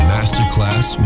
Masterclass